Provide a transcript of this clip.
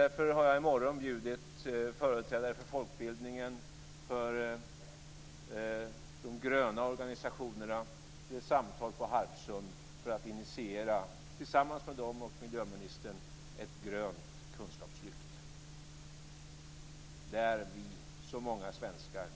Därför har jag i morgon bjudit företrädare för folkbildningen och de gröna organisationerna till ett samtal på Harpsund för att tillsammans med dem och miljöministern initiera ett grönt kunskapslyft där så många av oss svenskar